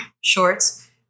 Shorts